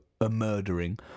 a-murdering